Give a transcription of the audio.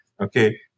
okay